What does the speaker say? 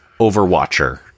Overwatcher